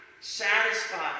satisfied